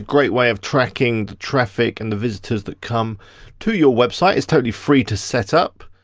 great way of tracking the traffic and the visitors that come to your website. it's totally free to set up.